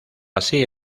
así